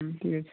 হুম ঠিক আছে